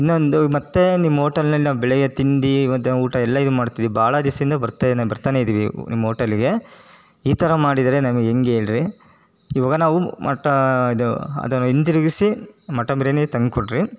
ಇನ್ನೊಂದು ಮತ್ತು ನಿಮ್ಮ ಓಟೆಲ್ನಲ್ಲಿ ನಾವು ಬೆಳಿಗ್ಗೆ ತಿಂಡಿ ಮಧ್ಯಾಹ್ನ ಊಟ ಎಲ್ಲ ಇದು ಮಾಡ್ತೀವಿ ಭಾಳ ದೀಸ್ಸಿಂದ ಬರ್ತೇನೆ ಬರ್ತಾನೆ ಇದ್ದೀವಿ ನಿಮ್ಮ ಓಟೆಲ್ಲಿಗೆ ಈ ಥರ ಮಾಡಿದರೆ ನಮ್ಗೆ ಹೆಂಗ್ ಹೇಳ್ರಿ ಇವಾಗ ನಾವು ಮಟ ಇದು ಅದನ್ನು ಹಿಂತಿರುಗಿಸಿ ಮಟನ್ ಬಿರಿಯಾನಿ ತಂದುಕೊಡ್ರಿ